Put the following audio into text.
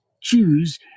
choose